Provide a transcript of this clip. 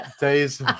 Days